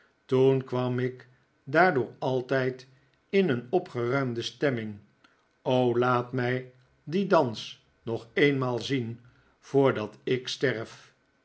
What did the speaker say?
toen kwam ik daardoor altijd in een opgeruimde stemming o laat mij dien dans nog eenmaal zien voordat ik sterf